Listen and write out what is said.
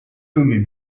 thummim